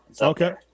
Okay